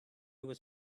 was